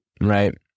right